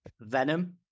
Venom